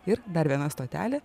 ir dar viena stotelė